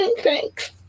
Thanks